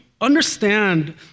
Understand